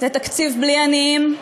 זה תקציב בלי עניים.